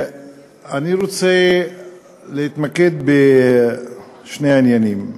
אני רוצה להתמקד בשני עניינים.